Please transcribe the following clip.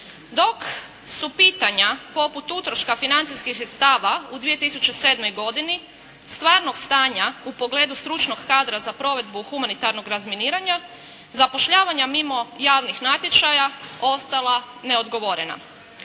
dok su pitanja poput utroška financijskih sredstava u 2007. godini, stvarnog stanja u pogledu stručnog kadra za provedbu humanitarnog razminiranja, zapošljavanja mimo javnih natječaja ostala neodgovorena.